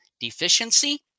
deficiency